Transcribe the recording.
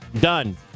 Done